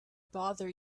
bother